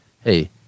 hey